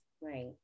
Right